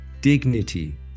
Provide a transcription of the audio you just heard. Dignity